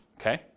Okay